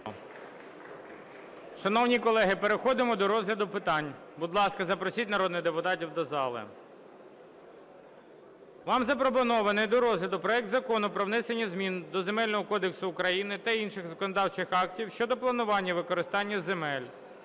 Шановні колеги, переходимо до розгляду питань. Будь ласка, запросіть народних депутатів до зали. Вам запропонований до розгляду проект Закону про внесення змін до Земельного кодексу України та інших законодавчих актів щодо планування використання земель